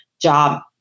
job